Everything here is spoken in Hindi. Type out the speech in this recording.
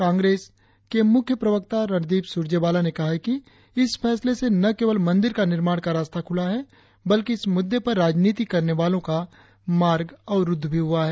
कांग्रेस ने मुख्य प्रवक्ता रणदीप सुरजेवाला ने कहा कि इस फैसले से न केवल मंदिर का निर्माण का रास्ता खुला है बल्कि इस मुद्दे पर राजनीति करने वालों का मार्ग अवरुद्ध भी हुआ है